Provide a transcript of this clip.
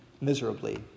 Miserably